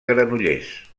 granollers